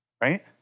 right